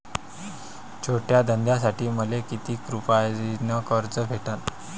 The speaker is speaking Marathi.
छोट्या धंद्यासाठी मले कितीक रुपयानं कर्ज भेटन?